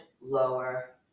lower